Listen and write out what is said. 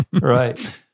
Right